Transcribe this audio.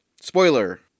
spoiler